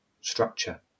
structure